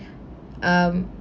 um